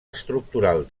estructural